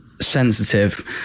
sensitive